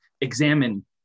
examine